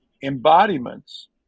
embodiments